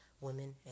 women